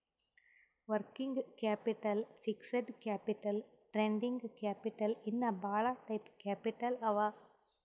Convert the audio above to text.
working capital, fixed capital, trading capital ಇನ್ನಾ ಭಾಳ type capital ಅವಾ